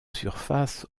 surface